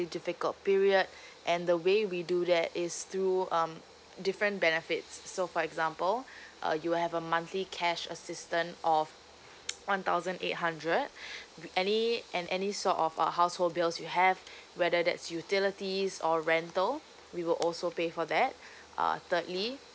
difficult period and the way we do that is through um different benefits so for example uh you have a monthly cash assistance of one thousand eight hundred any and any sort of uh household bills you have whether that's utilities or rental we will also pay for that uh thirdly